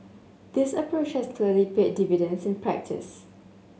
this approach has clearly paid dividends in practice